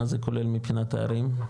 מה זה כולל מבחינת הערים?